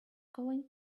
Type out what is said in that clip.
going